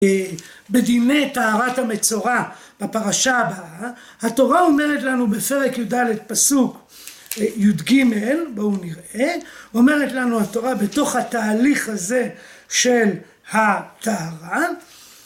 בדיני תארת המצורה בפרשה הבאה התורה אומרת לנו בפרק י' פסוק י' בואו נראה אומרת לנו התורה בתוך התהליך הזה של התהרה